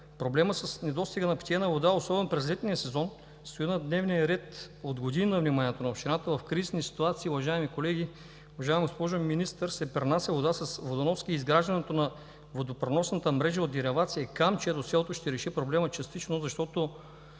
проблемът с недостига на питейна вода, особено през летния сезон, стои на дневен ред на вниманието на общината от години. В кризисни ситуации, уважаеми колеги, уважаема госпожо Министър, се пренася вода с водоноски и изграждането на водопреносната мрежа от дерелация „Камчия“ до селото ще реши проблема частично, защото